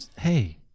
Hey